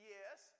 Yes